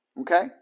Okay